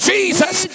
Jesus